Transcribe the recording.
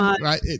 right